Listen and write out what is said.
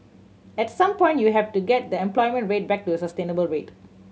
at some point you have to get the unemployment rate back to the sustainable rate